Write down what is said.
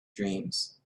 dreams